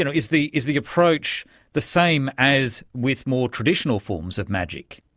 and is the is the approach the same as with more traditional forms of magic?